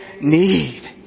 need